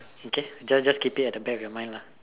okay just just keep it at the back of your mind lah